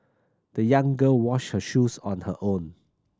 the young girl washed her shoes on her own